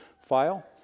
file